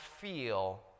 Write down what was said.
feel